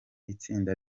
itsinda